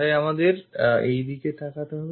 তাই আমাদের এই দিকে তাকাতে হবে